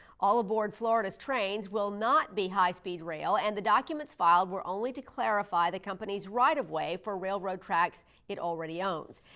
all aboard florida's trains will not be high speed rail and the documents filed were only to clarify the company's right away for railroad tracks it already owns.